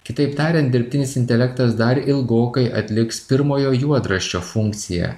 kitaip tariant dirbtinis intelektas dar ilgokai atliks pirmojo juodraščio funkciją